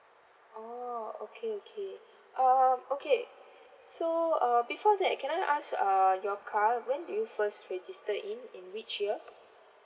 orh okay okay uh okay so uh before that can I ask uh your car when did you first register in in which year